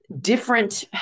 different